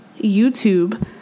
YouTube